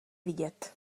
vidět